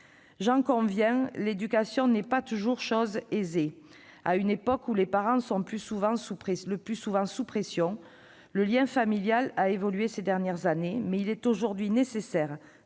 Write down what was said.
J'en conviens, l'éducation n'est pas toujours chose aisée, à une époque où les parents sont le plus souvent sous pression. Le lien familial s'est transformé ces dernières années, mais il est aujourd'hui nécessaire de faire évoluer